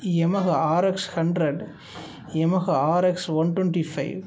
Yamaha RX hundred Yamaha RX one twenty five